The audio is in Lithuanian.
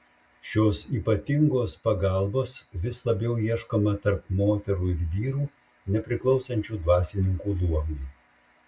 šios ypatingos pagalbos vis labiau ieškoma tarp moterų ir vyrų nepriklausančių dvasininkų luomui